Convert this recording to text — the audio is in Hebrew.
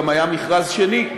היה גם מכרז שני,